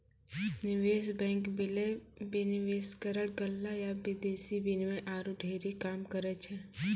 निवेश बैंक, विलय, विनिवेशकरण, गल्ला या विदेशी विनिमय आरु ढेरी काम करै छै